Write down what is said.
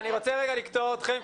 אני רוצה רגע לקטוע אתכם,